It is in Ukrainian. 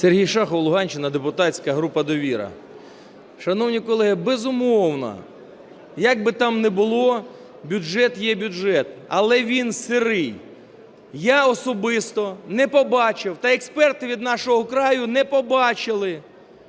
Сергій Шахов, Луганщина, депутатська група "Довіра". Шановні колеги, безумовно, як би там не було, бюджет є бюджет, але він сирий. Я особисто не побачив та експерти від "Нашого краю" не побачили